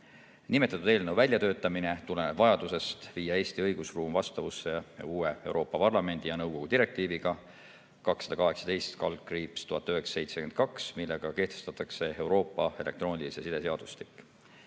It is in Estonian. esitanud. Eelnõu väljatöötamine tuleneb vajadusest viia Eesti õigusruum vastavusse uue Euroopa Parlamendi ja nõukogu direktiiviga 2018/1972, millega on kehtestatud Euroopa elektroonilise side seadustik.